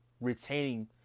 retaining